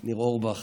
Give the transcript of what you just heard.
ניר אורבך.